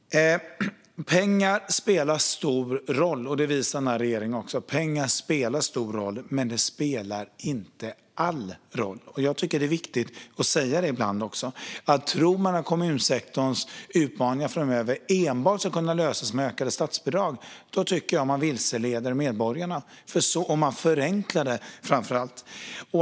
Pengar spelar stor roll - det visar också denna regering - men de spelar inte all roll. Jag tycker att det är viktigt att säga det ibland. Tror man att kommunsektorns utmaningar framöver ska kunna lösas enbart med ökade statsbidrag och framför allt om man förenklar detta tycker jag att man vilseleder medborgarna.